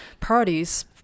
parties